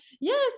yes